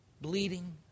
bleeding